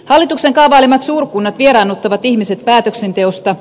hallituksen kaavailemat suurkunnat vieraannuttavat ihmiset päätöksenteosta